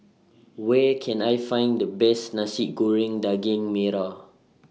Where Can I Find The Best Nasi Goreng Daging Merah